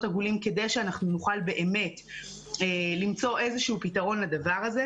עגולים כדי שאנחנו נוכל למצוא פתרון לדבר הזה.